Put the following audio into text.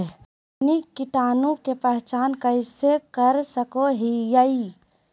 हमनी कीटाणु के पहचान कइसे कर सको हीयइ?